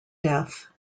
death